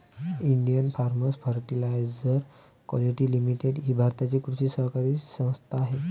Indian farmers fertiliser quality limited ही भारताची कृषी सहकारी संस्था आहे